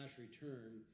return